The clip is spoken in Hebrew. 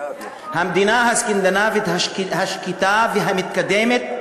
המדינה הסקנדינבית השקטה והמתקדמת,